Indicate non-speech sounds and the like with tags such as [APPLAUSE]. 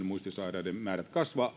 [UNINTELLIGIBLE] muistisairaiden määrät kasvavat